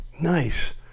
Nice